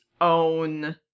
own